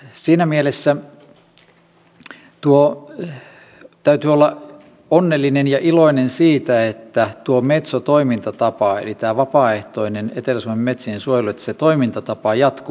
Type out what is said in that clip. siinä mielessä täytyy olla onnellinen ja iloinen siitä että tuo metso toimintatapa eli tämä vapaaehtoinen etelä suomen metsiensuojelu jatkuu